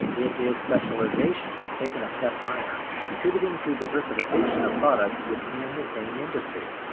it is specialization taken a step higher, contributing to diversification of products within the same industry.